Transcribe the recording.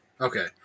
Okay